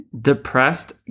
Depressed